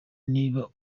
niba